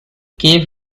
gave